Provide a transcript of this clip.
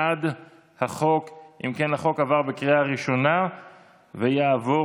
חבר הכנסת ינון